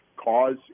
cause